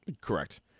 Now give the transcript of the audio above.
Correct